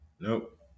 Nope